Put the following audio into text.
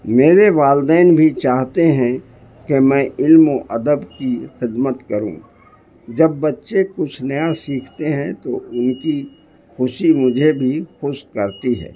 میرے والدین بھی چاہتے ہیں کہ میں علم و ادب کی خدمت کروں جب بچے کچھ نیا سیکھتے ہیں تو ان کی خوشی مجھے بھی خوش کرتی ہے